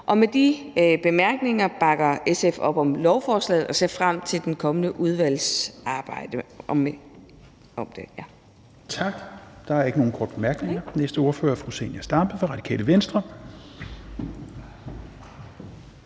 Med de bemærkninger bakker SF op om lovforslaget og ser frem til det kommende udvalgsarbejde